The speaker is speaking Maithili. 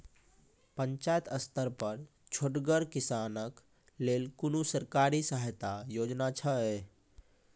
पंचायत स्तर पर छोटगर किसानक लेल कुनू सरकारी सहायता योजना छै?